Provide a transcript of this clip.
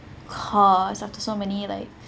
because after so many like